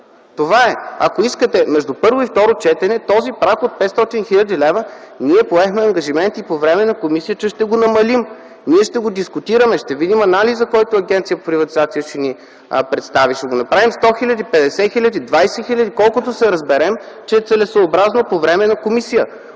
Това е. Ако искате, между първо и второ четене този праг от 500 хил. лв., ние поехме ангажименти по време на заседанието на комисията, че ще го намалим. Ние ще го дискутираме, ще видим анализа, който Агенцията по приватизация ще ни представи. Ще го направим 100 000, 50 000, 20 000 – колкото се разберем, че е целесъобразно по време на комисията.